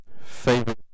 favorite